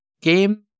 Game